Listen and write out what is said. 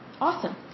Awesome